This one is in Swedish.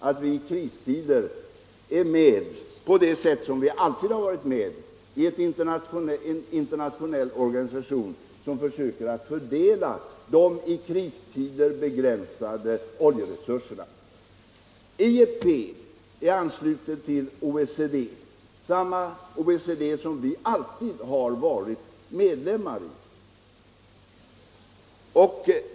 Därför 73 är vi med och har alltid varit med i en internationell organisation som försöker fördela de i krigstider begränsade oljeresurserna. IEP är anslutet till OECD, alltså samma OECD som vi alltid har varit medlemmar i.